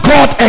God